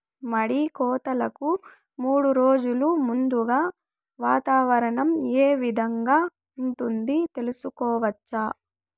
మడి కోతలకు మూడు రోజులు ముందుగా వాతావరణం ఏ విధంగా ఉంటుంది, తెలుసుకోవచ్చా?